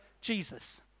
Jesus